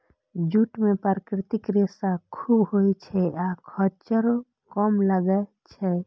jute मे प्राकृतिक रेशा खूब होइ छै आ खर्चो कम लागै छै